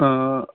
ങാ